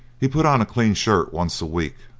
he put on a clean shirt once a week,